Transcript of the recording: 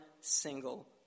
single